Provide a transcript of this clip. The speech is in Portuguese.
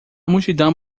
multidão